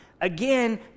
Again